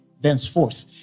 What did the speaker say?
thenceforth